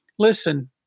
listen